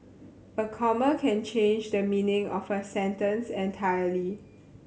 a comma can change the meaning of a sentence entirely